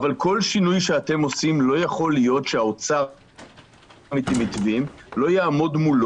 אבל לא יכול להיות שהאוצר לא יעמוד מול